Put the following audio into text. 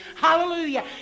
Hallelujah